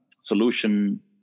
solution